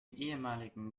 ehemaligen